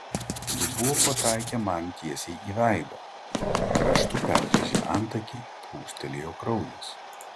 dubuo pataikė man tiesiai į veidą kraštu perrėžė antakį plūstelėjo kraujas